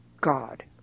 God